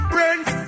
Friends